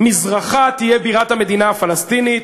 מזרחה יהיה בירת המדינה הפלסטינית,